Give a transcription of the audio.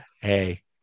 Hey